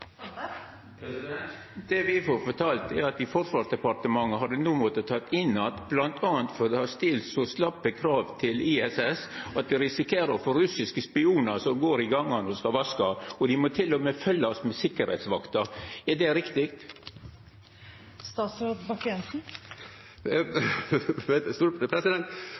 får fortalt, er at i Forsvarsdepartementet har ein no måtta ta dei inn att, bl.a. fordi ein stilte så slappe krav til ISS at ein risikerte å få russiske spionar som gjekk i gangane og vaska. Dei måtte til og med følgjast med sikkerheitsvakter. Er det